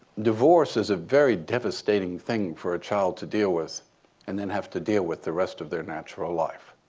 divorce is a very devastating thing for a child to deal with and then have to deal with the rest of their natural life.